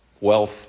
wealth